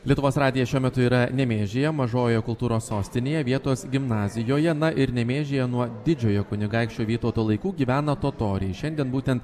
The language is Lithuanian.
lietuvos radijas šiuo metu yra nemėžyje mažojoje kultūros sostinėje vietos gimnazijoje na ir nemėžyje nuo didžiojo kunigaikščio vytauto laikų gyvena totoriai šiandien būtent